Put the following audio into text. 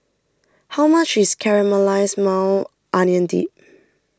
how much is Caramelized Maui Onion Dip